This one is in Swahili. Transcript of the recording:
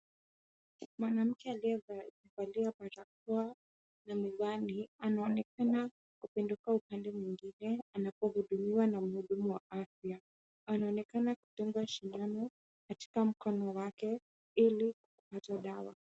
Mwanamke aliyevalia barakoa na miwani anaonekana kupinduka upande mwingine anapohudumiwa na mhudumu wa afya, anaonekana kudungwa sindano katika mkono wake ili kupata dawa.